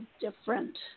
different